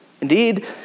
Indeed